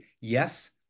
yes